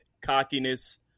cockiness